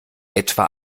etwa